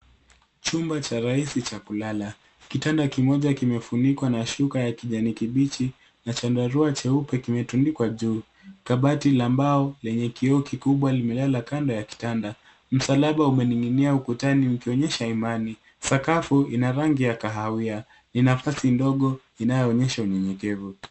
Chumba cha rahisi cha kulala. Kitanda kimoja kimefunikwa na shuka ya kijani kibichi na chandarua cheupe kimetumiwa juu. Kabati la mbao lenye kioo kikubwa limelala mbele ya kitanda. Msalaba umening`inia ukutani ukionyesha imani. Sakafu ina rangi ya kahawia. Ni nafasi ndogo inayoonyesha unyenyekevu.